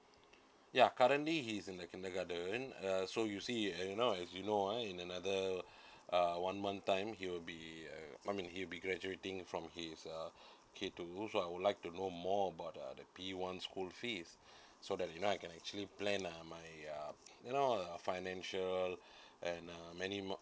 ya currently he's in the kindergarten uh so you see you know you know uh in another uh one one time he will be uh I mean he'll be graduating from his uh K two so I would like to know more about the the P one school fees so that you know I can actually plan uh my uh you now uh financial and many more